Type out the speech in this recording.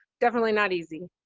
definitely not easy!